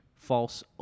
False